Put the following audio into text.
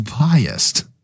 biased